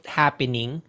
happening